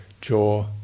jaw